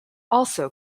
also